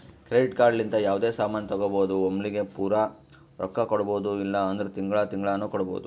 credit card ಲಿಂತ ಯಾವ್ದೇ ಸಾಮಾನ್ ತಗೋಬೋದು ಒಮ್ಲಿಗೆ ಪೂರಾ ರೊಕ್ಕಾ ಕೊಡ್ಬೋದು ಇಲ್ಲ ಅಂದುರ್ ತಿಂಗಳಾ ತಿಂಗಳಾನು ಕೊಡ್ಬೋದು